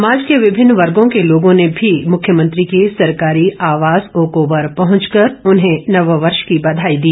समाज के विभिन्न वर्गों के लोगों ने भी मुख्यमंत्री के सरकारी आवास ओकओवर पहुंचकर उन्हें नववर्ष की बधाई दी